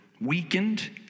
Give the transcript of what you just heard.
weakened